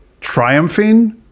triumphing